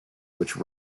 which